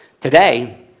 Today